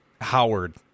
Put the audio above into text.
Howard